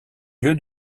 lieu